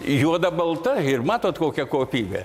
juoda balta ir matot kokia kopija